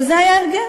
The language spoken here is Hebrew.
אבל זה היה הרגל,